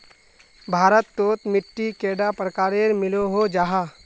भारत तोत मिट्टी कैडा प्रकारेर मिलोहो जाहा?